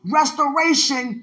restoration